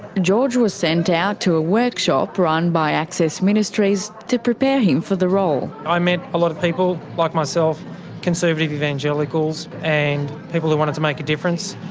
george was sent out to a workshop run by access ministries to prepare him for the role. i met a lot of people like myself conservative evangelicals and people who wanted to make a difference.